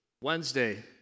Wednesday